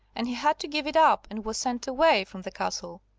and he had to give it up and was sent away from the castle.